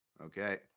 okay